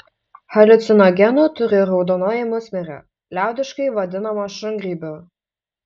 haliucinogenų turi raudonoji musmirė liaudiškai vadinama šungrybiu